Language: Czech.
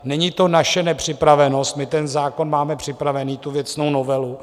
Není to naše nepřipravenost, my ten zákon máme připravený, tu věcnou novelu.